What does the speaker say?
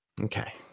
Okay